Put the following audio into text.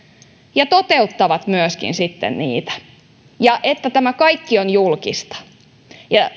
ja myöskin toteuttavat sitten niitä ja tämä kaikki olisi julkista ja